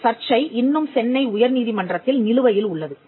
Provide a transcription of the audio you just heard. இந்த சர்ச்சை இன்னும் சென்னை உயர் நீதிமன்றத்தில் நிலுவையில் உள்ளது